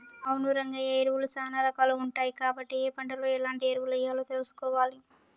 అవును రంగయ్య ఎరువులు సానా రాకాలు ఉంటాయి కాబట్టి ఏ పంటలో ఎలాంటి ఎరువులెయ్యాలో తెలుసుకోవాలి